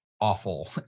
awful